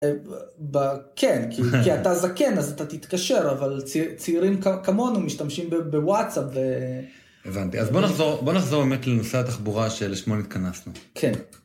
כן כי אתה זקן אז אתה תתקשר אבל צעירים כמונו משתמשים בוואטסאפ. הבנתי, אז בוא נחזור באמת לנושא התחבורה שלשמו התכנסנו. כן.